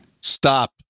stop